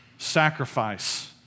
Sacrifice